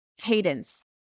cadence